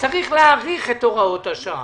צריך להאריך את הוראות השעה.